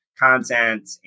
Content